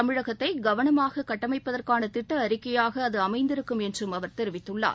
தமிழகத்தைகவனமாககட்டமைப்பதற்கானதிட்டஅறிக்கையாகஅதுஅமைந்திருக்கும் என்றம் அவர் தெரிவித்துள்ளார்